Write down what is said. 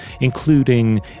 including